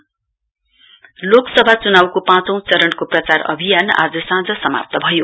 लोकसभा पुल लोकसभा चुनाउको पाँचौ चरणको प्रचार अभियान आज साँझ समाप्त भयो